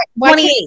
28